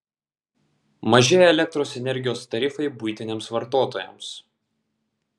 mažėja elektros energijos tarifai buitiniams vartotojams